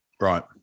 Right